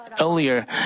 Earlier